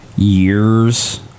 years